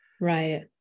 Right